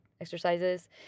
exercises